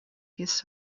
his